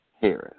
Harris